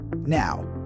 Now